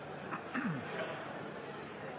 ja,